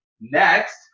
Next